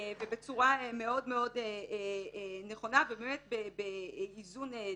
בצורה מאוד מאוד נכונה ובאמת באיזון דרוש,